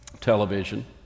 television